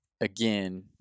again